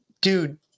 dude